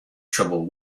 trouble